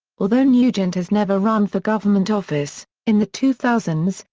although nugent has never run for government office, in the two thousand